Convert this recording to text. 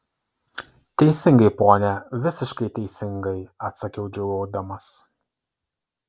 teisingai pone visiškai teisingai atsakiau džiūgaudamas